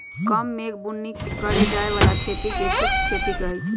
कम मेघ बुन्नी के करे जाय बला खेती के शुष्क खेती कहइ छइ